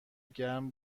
گرم